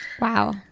wow